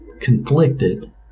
conflicted